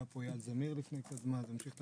היה פה גם המנכ"ל אייל זמיר לא מזמן, וזה ממשיך את